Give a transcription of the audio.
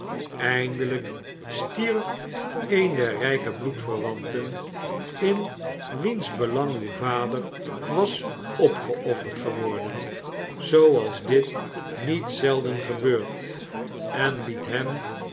eindelijk stierf een der rijke bloedverwanten in wiens belang uw vader was opgeofferd geworden zooals dit niet zelden gebeurt en liet hem